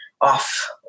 off